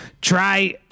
try